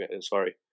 Sorry